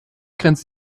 grenzt